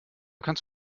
kannst